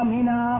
Mina